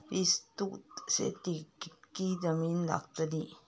विस्तृत शेतीक कितकी जमीन लागतली?